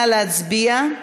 נא להצביע.